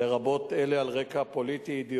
לרבות אלה על רקע פוליטי-אידיאולוגי.